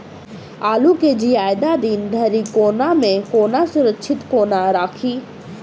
आलु केँ जियादा दिन धरि गोदाम मे कोना सुरक्षित कोना राखि?